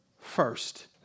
first